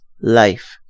life